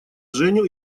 женю